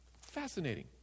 Fascinating